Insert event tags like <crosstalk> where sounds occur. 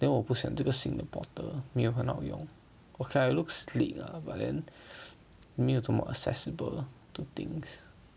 then 我不喜欢这个新的 portal 没有很好用 okay lah it looks sleek lah but then <breath> 没有这么 accessible to things